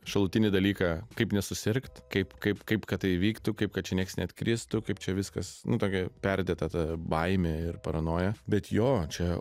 šalutinį dalyką kaip nesusirgt kaip kaip kaip kad tai įvyktų kaip kad niekas neatkristų kaip čia viskas nu tokia perdėta ta baimė ir paranoja bet jo čia